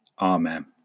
Amen